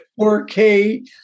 4K